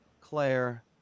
Claire